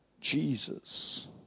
Jesus